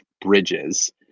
Bridges